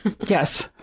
Yes